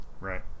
Right